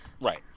Right